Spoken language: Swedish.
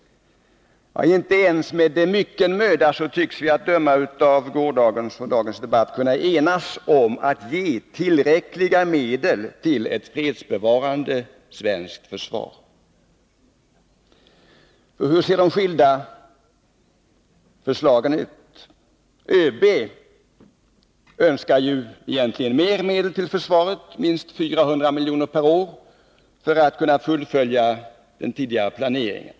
Inte ens med mycken möda tycks vi, att döma av gårdagens och dagens debatt, kunna enas om att ge tillräckliga medel till ett fredsbevarande svenskt försvar. Hur ser då de skilda förslagen ut? ÖB önskar mer medel till försvaret, minst 400 miljoner per år, för att kunna fullfölja den tidigare planeringen.